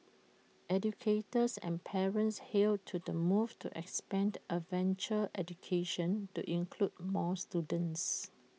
educators and parents hailed to the move to expand adventure education to include more students